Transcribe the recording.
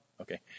Okay